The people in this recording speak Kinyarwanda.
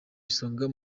isonga